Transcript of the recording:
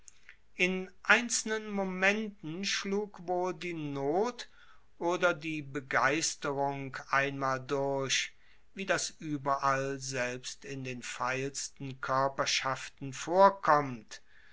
in einzelnen momenten schlug wohl die not oder die begeisterung einmal durch wie das ueberall selbst in den feilsten koerperschaften vorkommt